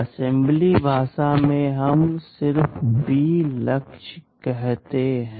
assembly भाषा में हम सिर्फ B लक्ष्य कहते हैं